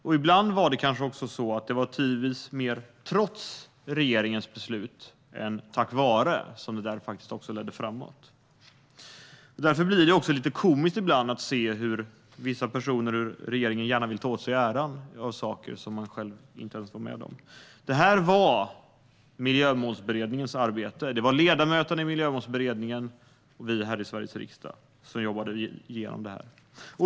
Tidvis var det kanske mer trots än tack vare regeringens beslut som arbetet ledde framåt. Därför blir det ibland lite komiskt att se hur vissa personer i regeringen gärna vill ta åt sig äran för saker som de själva inte ens var med om. Det här var Miljömålsberedningens arbete. Det var ledamöterna i Miljömålsberedningen och vi här i Sveriges riksdag som jobbade igenom det här.